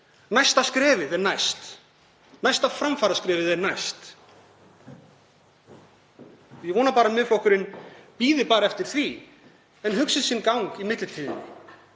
Næsta skrefið er næst. Næsta framfaraskrefið er næst. Ég vona að Miðflokkurinn bíði bara eftir því og hugsi sinn gang í millitíðinni.